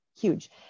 huge